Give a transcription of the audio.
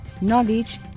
knowledge